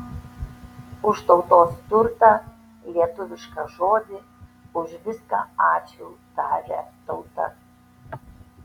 už tautos turtą lietuvišką žodį už viską ačiū taria tauta